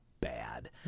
bad